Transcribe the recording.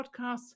podcasts